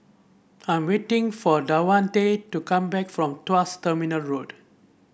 I'm waiting for Davante to come back from Tuas Terminal Road